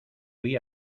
fuí